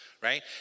right